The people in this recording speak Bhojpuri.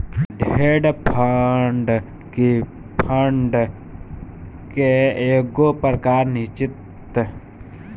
डेट फंड भी फंड के एगो प्रकार निश्चित